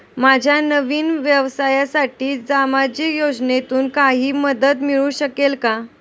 माझ्या नवीन व्यवसायासाठी सामाजिक योजनेतून काही मदत मिळू शकेल का?